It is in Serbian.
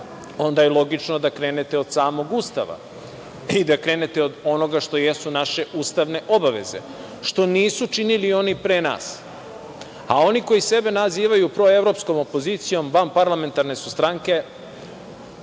onda je logično da krenete od samog Ustava i da krenete od onoga što jesu naše ustavne obaveze, što nisu činili oni pre nas, a oni koji sebe nazivaju proevropskom opozicijom, a vanparlamentarne su stranke,